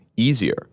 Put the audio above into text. easier